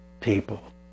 people